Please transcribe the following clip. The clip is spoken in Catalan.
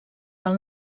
del